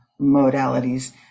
modalities